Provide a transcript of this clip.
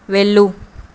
వెళ్ళు